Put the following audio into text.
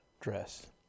dress